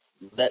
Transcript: let